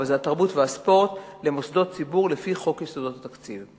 אבל זה "התרבות והספורט" למוסדות ציבור לפי חוק יסודות התקציב.